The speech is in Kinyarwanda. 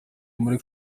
muri